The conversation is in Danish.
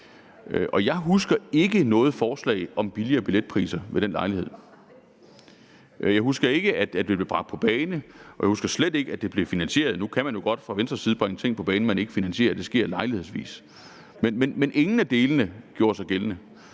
og jeg husker ikke noget forslag om billigere billetpriser ved den lejlighed. Jeg husker ikke, at det blev bragt på bane, og jeg husker slet ikke, at det blev finansieret. Nu kan man jo godt fra Venstres side bringe ting på bane, man ikke finansierer, det sker lejlighedsvis, men ingen af delene gjorde sig gældende.